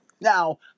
Now